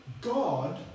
God